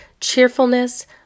cheerfulness